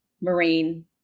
marine